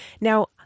Now